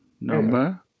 Number